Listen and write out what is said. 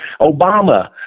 Obama